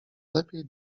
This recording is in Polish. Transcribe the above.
lepiej